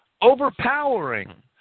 overpowering